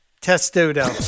Testudo